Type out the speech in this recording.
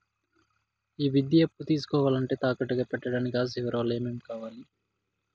ఈ విద్యా అప్పు తీసుకోవాలంటే తాకట్టు గా పెట్టడానికి ఆస్తి వివరాలు ఏమేమి ఇవ్వాలి?